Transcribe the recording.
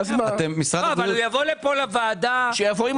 כשהוא יבוא לוועדה עם